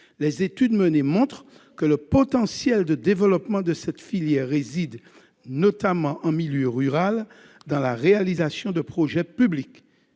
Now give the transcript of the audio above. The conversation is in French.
les études menées montrent que le potentiel de développement de cette filière réside, notamment en milieu rural, dans la réalisation de projets publics.